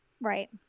right